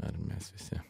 ar mes visi